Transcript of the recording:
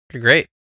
great